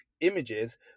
images